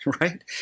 right